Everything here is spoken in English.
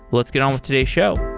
let's get on with today's show